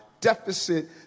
deficit